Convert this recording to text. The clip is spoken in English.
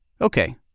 Okay